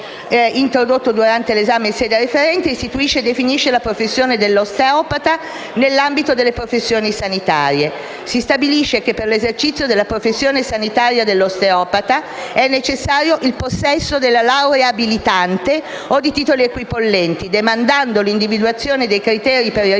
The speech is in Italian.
L'articolo 4, introdotto durante l'esame in sede referente, istituisce e definisce la professione dell'osteopata nell'ambito delle professioni sanitarie. Si stabilisce che per l'esercizio della professione sanitaria dell'osteopata è necessario il possesso della laurea abilitante o di titoli equipollenti, demandando l'individuazione dei criteri per il